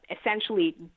essentially